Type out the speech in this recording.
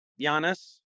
Giannis